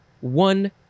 one